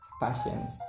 passions